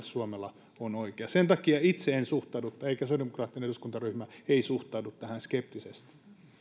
suomela on oikeassa sen takia itse en suhtaudu eikä sosiaalidemokraattinen eduskuntaryhmä suhtaudu tähän skeptisesti